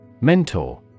Mentor